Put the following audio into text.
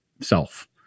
self